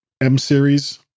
M-series